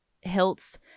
hilts